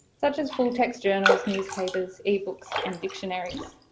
such as full-text journals, newspapers ebooks and dictionaries